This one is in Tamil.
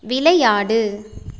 விளையாடு